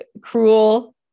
cruel